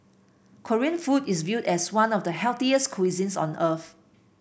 Korean food is viewed as one of the healthiest cuisines on earth